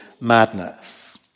madness